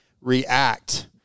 react